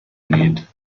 need